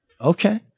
Okay